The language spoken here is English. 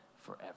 forever